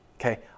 Okay